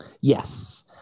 Yes